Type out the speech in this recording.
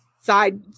side